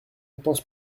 pense